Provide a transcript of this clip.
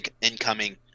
incoming